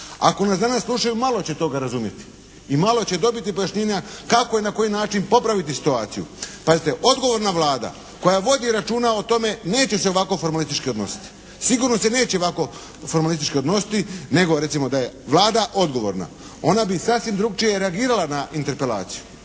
Ako nas danas slušaju malo će toga razumjeti i malo će dobiti pojašnjenja kako i na koji način popraviti situaciju. Pazite, odgovorna Vlada koja vodi računa o tome neće se ovako formalistički odnositi. Sigurno se neće ovako formalistički odnositi nego recimo da je Vlada odgovorna ona bi sasvim drukčije reagirala na interpelaciju.